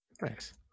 Thanks